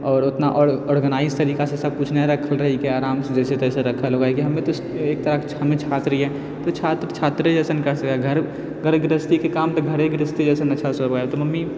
आओर उतना ऑर्गेनाइज तरीकासँ सबकिछु नहि रखल रहैके आरामसँ जैसे तैसे रखल होबे है हमे एकतरहसँ छम्य छात्र हीए छात्र छात्रे जैसन कर सकै है घर गृहस्थीके काम तऽ घरे गृहस्थी जैसन अच्छासँ होबऽ है तऽ मम्मी